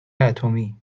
اتمی